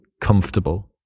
comfortable